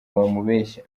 wamubeshya